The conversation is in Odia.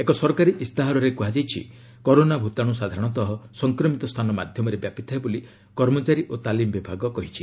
ଏକ ସରକାରୀ ଇସ୍ତାହାରରେ କୁହାଯାଇଛି କରୋନା ଭୂତାଣୁ ସାଧାରଣତଃ ସଂକ୍ରମିତ ସ୍ଥାନ ମାଧ୍ୟମରେ ବ୍ୟାପିଥାଏ ବୋଲି କର୍ମଚାରୀ ଓ ତାଲିମ ବିଭାଗ କହିଛି